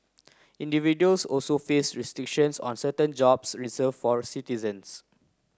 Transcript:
individuals also face restrictions on certain jobs reserve for a citizens